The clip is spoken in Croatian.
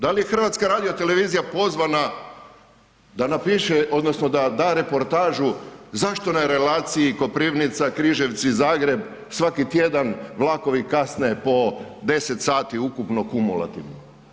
Da li je HRT pozvana da napiše odnosno da da reportažu zašto na relaciji Koprivnica-Križevci-Zagreb svaki tjedan vlakovi kasne po 10 sati ukupno kumulativno?